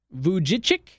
Vujicic